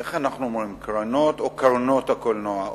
איך אנחנו אומרים: קְרָנות או קַרְנות הקולנוע?